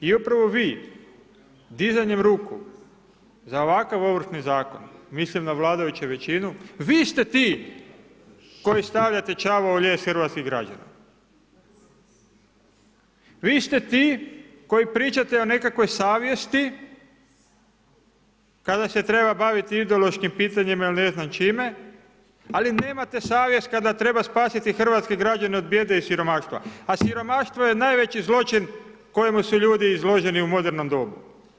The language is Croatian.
I upravo vi dizanjem ruku za ovakav Ovršni zakon, mislim na vladajuću većinu, vi ste ti koji stavljate čavao u lijes hrvatskih građana. vi ste ti koji pričate o nekakvoj svijesti kada se treba baviti o ideološkim pitanjima ili ne znam čime, ali nemate savjest kada treba spasiti hrvatske građene od bijede i siromaštva, a siromaštvo je najveći zločin kojemu su ljudi izloženi u modernom dobu.